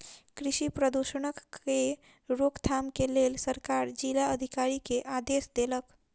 कृषि प्रदूषणक के रोकथाम के लेल सरकार जिला अधिकारी के आदेश देलक